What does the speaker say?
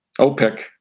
OPEC